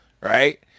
right